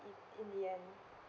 in the end